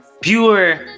Pure